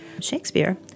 Shakespeare